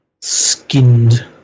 skinned